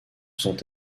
sont